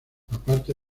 aparte